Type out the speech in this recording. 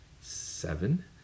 seven